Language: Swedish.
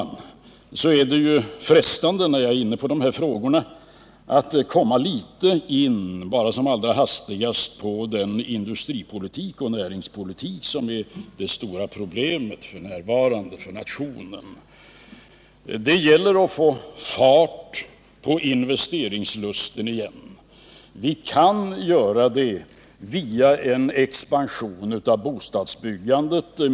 När jag nu är inne på dessa frågor är det frestande att som allra hastigast beröra den industripolitik och näringspolitik som f. n. är det stora problemet för nationen. Det gäller att få fart på investeringslusten igen. Vi kan åstadkomma det via en expansion av bostadsbyggandet.